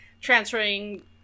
transferring